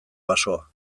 basoa